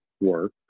work